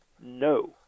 no